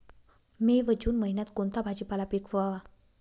मे व जून महिन्यात कोणता भाजीपाला पिकवावा?